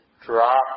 drop